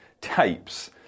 tapes